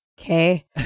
okay